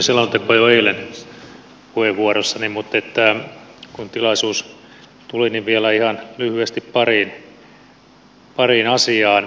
käsittelin selontekoa jo eilen puheenvuorossani mutta kun tilaisuus tuli niin vielä ihan lyhyesti pariin asiaan